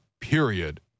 period